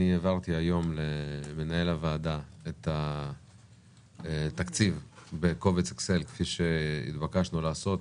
שהעברתי היום למנהל הוועדה את התקציב בקובץ אקסל כפי שהתבקשנו לעשות.